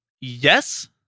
Yes